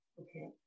Okay